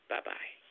Bye-bye